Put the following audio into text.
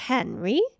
Henry